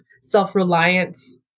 self-reliance